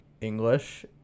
English